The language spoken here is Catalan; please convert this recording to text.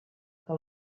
que